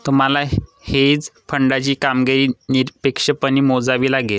तुम्हाला हेज फंडाची कामगिरी निरपेक्षपणे मोजावी लागेल